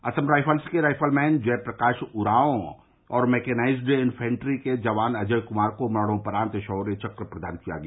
Assam rifles rifleman Jayprakash Oraon और mechanised infantry के जवान अजय क्मार को मरणोपरांत शौर्य चक्र प्रदान किया गया